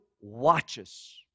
watches